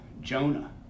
Jonah